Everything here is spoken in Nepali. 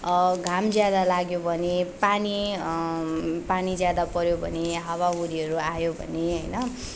घाम ज्यादा लाग्यो भने पानी पानी ज्यादा पर्यो भने हावा हुरीहरू आयो भने होइन